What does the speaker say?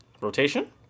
rotation